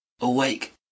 awake